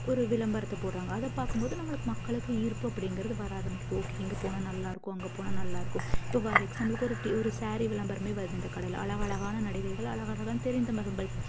ஒரு விளம்பரத்தை போடுறாங்க அதை பார்க்கும் போதும் நம்மளுக்கு மக்களுக்கு ஈர்ப்பு அப்படிங்கிறது வர ஆரமிக்குது ஓகே இங்கே போனால் நல்லா இருக்கும் அங்கே போனால் நல்லா இருக்கும் இப்போது ஃபார் எக்ஸ்சாம்பிளுக்கு ஒரு ஒரு ஸேரீ விளம்பரமே வருது இந்த கடையில் அழகளகான நடிகைகள் அழகளகான தெரிந்த முகங்கள்